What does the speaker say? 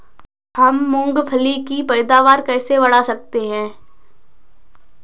हम मूंगफली की पैदावार कैसे बढ़ा सकते हैं?